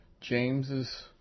James's